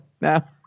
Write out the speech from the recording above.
now